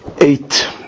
eight